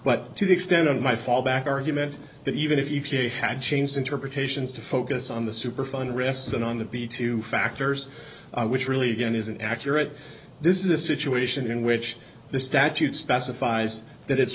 but to the extent of my fallback argument that even if you had changed interpretations to focus on the superfund rested on the b two factors which really again isn't accurate this is a situation in which the statute specifies that it's